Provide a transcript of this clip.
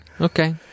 Okay